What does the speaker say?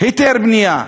היתר בנייה.